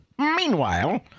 Meanwhile